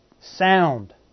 Sound